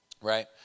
right